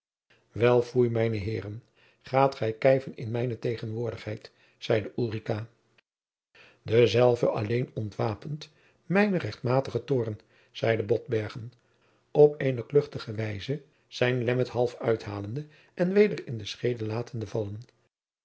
wel foei mijne heeren gaat gij kijven in mijne tegenwoordigheid zeide ulrica dezelve alleen ontwapend mijnen rechtmatigen toorn zeide botbergen op eene kluchtige wijze zijn lemmer half uithalende en weder in de schede latende vallen